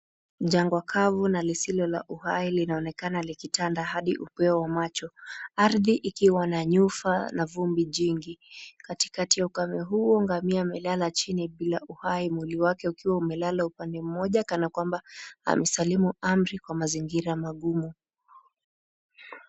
Jangwa kavu na lisilo na uhai linaonekana likitanda hadi upeo wa macho. Ardhi ikiwa na nyufa na vumbi nyingi. Katikati ya ukame huo ngamia imelala chini bila uhai, mwili wake ukiwa umelala upande mmoja kana kwamba amesalimu amri kwa mazingira ngumu.